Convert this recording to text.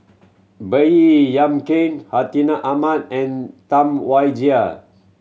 Baey Yam Keng Hartinah Ahmad and Tam Wai Jia